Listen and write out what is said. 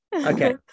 Okay